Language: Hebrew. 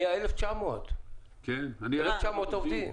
1,900 עובדים.